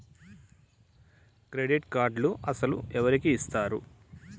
Credit కార్డులు అసలు ఎవరికి ఇస్తారు?